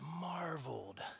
marveled